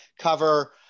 cover